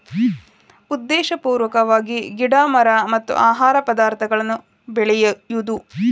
ಉದ್ದೇಶಪೂರ್ವಕವಾಗಿ ಗಿಡಾ ಮರಾ ಮತ್ತ ಆಹಾರ ಪದಾರ್ಥಗಳನ್ನ ಬೆಳಿಯುದು